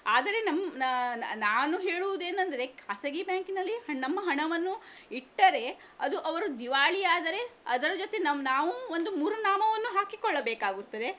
ಆದರೆ ನಮ್ಮ ನಾನು ಹೇಳುವುದು ಏನೆಂದರೆ ಖಾಸಗಿ ಬ್ಯಾಂಕಿನಲ್ಲಿ ಹಣ್ಣು ನಮ್ಮ ಹಣವನ್ನು ಇಟ್ಟರೆ ಅದು ಅವರು ದಿವಾಳಿ ಆದರೆ ಅದರ ಜೊತೆ ನಮ್ಮ ನಾವೂ ಒಂದು ಮೂರು ನಾಮವನ್ನು ಹಾಕಿಕೊಳ್ಳಬೇಕಾಗುತ್ತದೆ